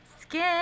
skin